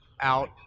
out